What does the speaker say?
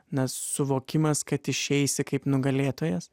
nes suvokimas kad išeisi kaip nugalėtojas